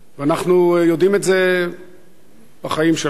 אנחנו יודעים את זה בחיים שלנו,